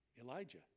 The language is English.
Elijah